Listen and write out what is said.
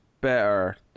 better